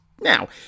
Now